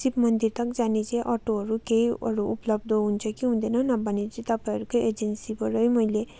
शिव मन्दिर तक जाने चाहिँ अटोहरू केहीहरू उपलब्ध हुन्छ कि हुँदैन नभने चाहिँ तपाईँहरूकै एजेन्सीबाटै मैले